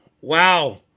Wow